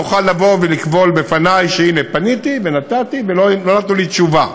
תוכל לבוא ולקבול בפני שהנה פניתי ונתתי ולא נתנו לי תשובה.